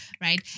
right